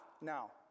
now